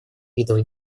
видов